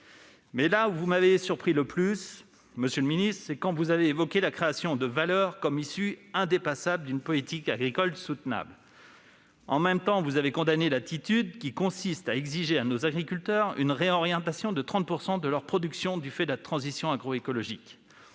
ministre, vous m'avez surtout surpris quand vous avez évoqué la création de valeur comme issue indépassable d'une politique agricole soutenable. En même temps, vous avez condamné l'attitude consistant à exiger des agriculteurs une réorientation de 30 % de leur production du fait de la transition agroécologique.